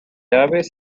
aves